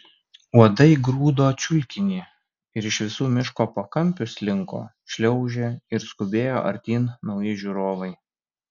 uodai grūdo čiulkinį ir iš visų miško pakampių slinko šliaužė ir skubėjo artyn nauji žiūrovai